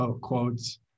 quotes